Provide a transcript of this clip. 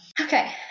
okay